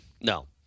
No